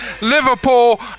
Liverpool